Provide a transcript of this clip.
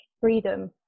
freedom